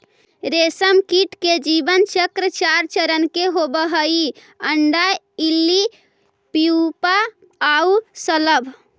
रेशमकीट के जीवन चक्र चार चरण के होवऽ हइ, अण्डा, इल्ली, प्यूपा आउ शलभ